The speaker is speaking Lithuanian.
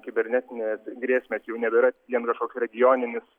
kibernetinės grėsmės jau nebėra vien kažkoks regioninis